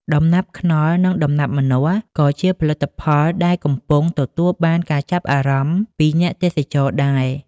ដំណាប់ខ្នុរ និងដំណាប់ម្នាស់ ក៏ជាផលិតផលដែលកំពុងទទួលបានការចាប់អារម្មណ៍ពីអ្នកទេសចរណ៍ដែរ។